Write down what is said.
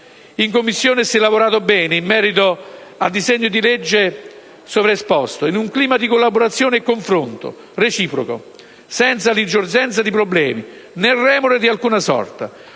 In Commissione si è lavorato bene in merito a disegno di legge citato, in un clima di collaborazione e confronto reciproco, senza l'insorgenza di problemi né remore di alcuna sorta.